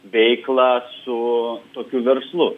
veiklą su tokiu verslu